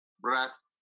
breath